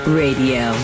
radio